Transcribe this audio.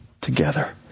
together